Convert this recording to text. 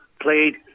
played